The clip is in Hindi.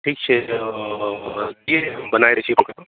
पीछे जो ये बनाये